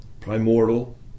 primordial